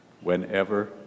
whenever